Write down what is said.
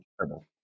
terrible